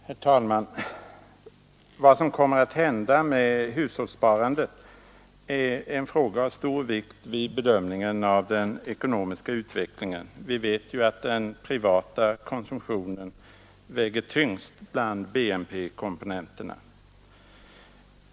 Herr talman! Vad som kommer att hända med hushållssparandet är en fråga av stor vikt vid bedömningen av den ekonomiska utvecklingen — vi vet ju att den privata konsumtionen väger tyngst bland BNP-komponenterna.